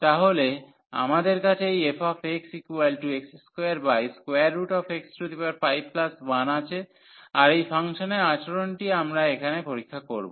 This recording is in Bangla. তাহলে আমাদের কাছে এই fxx2x51 আছে আর এই ফাংশনের আচরণটি আমরা এখানে পরীক্ষা করব